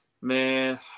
man